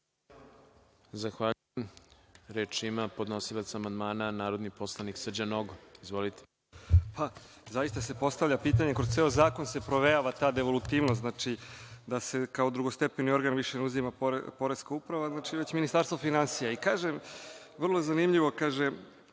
Zahvaljujem. Reč ima podnosilac amandmana poslanik Srđan Nogo. Izvolite. **Srđan Nogo** Zaista se postavlja pitanje kroz ceo zakon se provejava ta devolutivnost. Znači, da se kao drugostepeni organ više ne uzima poreska uprava već Ministarstvo finansija. Kažem, vrlo je zanimljivo kaže